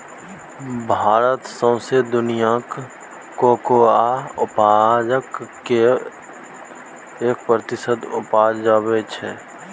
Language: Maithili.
भारत सौंसे दुनियाँक कोकोआ उपजाक केर एक प्रतिशत उपजाबै छै